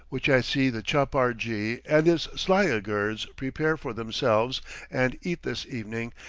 which i see the chapar-jee and his sliagirds prepare for themselves and eat this evening,